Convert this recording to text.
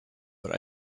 were